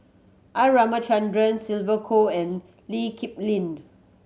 R Ramachandran Sylvia Kho and Lee Kip Lin